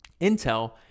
Intel